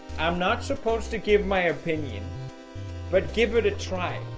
i'm not supposed to give my opinion but give it a try,